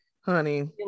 honey